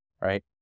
right